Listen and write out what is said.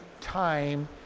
time